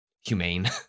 humane